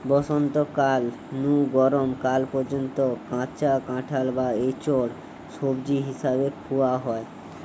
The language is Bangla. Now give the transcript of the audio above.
বসন্তকাল নু গরম কাল পর্যন্ত কাঁচা কাঁঠাল বা ইচোড় সবজি হিসাবে খুয়া হয়